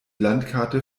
landkarte